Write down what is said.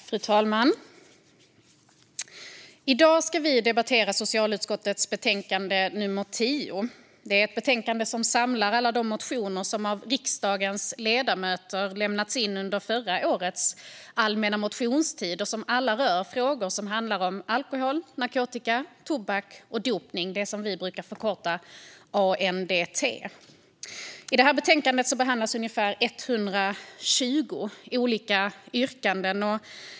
Fru talman! I dag ska vi debattera socialutskottets betänkande nummer 10. Det är ett betänkande som samlar alla de motioner som av riksdagens ledamöter lämnats in under förra årets allmänna motionstid och som alla rör frågor som handlar om alkohol, narkotika, tobak och dopning, vilket vi brukar förkorta ANDT. I betänkandet behandlas ungefär 120 yrkanden.